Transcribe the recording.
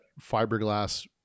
fiberglass